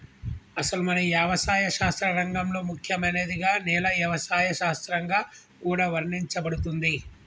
అసలు మన యవసాయ శాస్త్ర రంగంలో ముఖ్యమైనదిగా నేల యవసాయ శాస్త్రంగా కూడా వర్ణించబడుతుంది